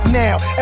now